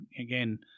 again